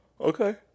Okay